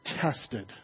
tested